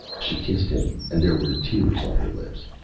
she kissed him, and there were tears on her lips.